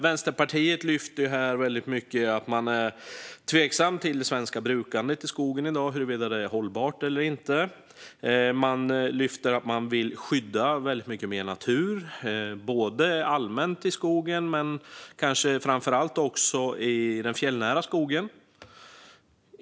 Vänsterpartiet lyfter här väldigt mycket att man är tveksam till det svenska brukandet i skogen i dag, huruvida det är hållbart eller inte. Man lyfter att man vill skydda väldigt mycket mer natur, både allmänt i skogen och kanske framför allt i den fjällnära skogen.